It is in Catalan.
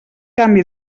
canvi